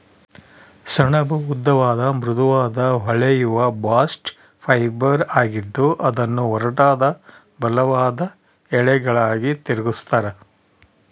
ಸೆಣಬು ಉದ್ದವಾದ ಮೃದುವಾದ ಹೊಳೆಯುವ ಬಾಸ್ಟ್ ಫೈಬರ್ ಆಗಿದ್ದು ಅದನ್ನು ಒರಟಾದ ಬಲವಾದ ಎಳೆಗಳಾಗಿ ತಿರುಗಿಸ್ತರ